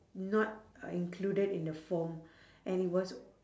not uh included in the form and it was